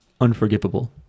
Unforgivable